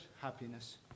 happiness